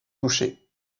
touchés